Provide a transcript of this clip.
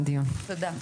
אושרה.